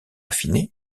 affiné